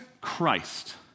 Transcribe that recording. Christ